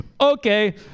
Okay